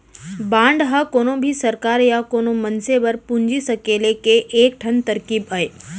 bond ह कोनो भी सरकार या कोनो मनसे बर पूंजी सकेले के एक ठन तरकीब अय